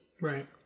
Right